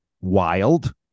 Wild